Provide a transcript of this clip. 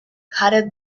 jared